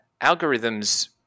algorithms